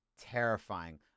terrifying